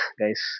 guys